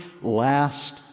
last